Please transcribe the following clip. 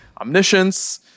omniscience